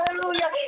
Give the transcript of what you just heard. hallelujah